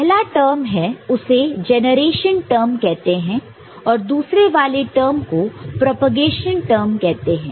जो पहला टर्म है उसे जनरेशन टर्म कहते हैं और दूसरे वाले टर्म को प्रोपेगेशन टर्म कहते हैं